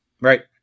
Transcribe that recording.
Right